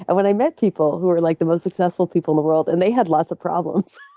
and when i met people who were like the most successful people in the world and they had lots of problems,